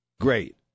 Great